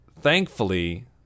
thankfully